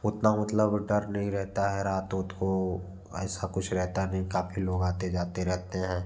उतना मतलब डर नहीं रहता है रात वुत को ऐसा कुछ रहता नहीं काफ़ी लोग आते जाते रहते हैं